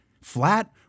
Flat